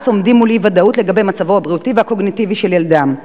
עומדים מול אי-ודאות לגבי מצבו הבריאותי והקוגניטיבי של ילדם.